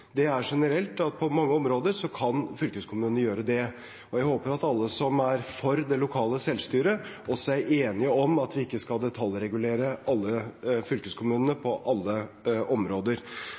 Det er generelt at på mange områder kan fylkeskommunene gjøre det, og jeg håper at alle som er for det lokale selvstyret, også er enig i at vi ikke skal detaljregulere alle fylkeskommunene på alle områder.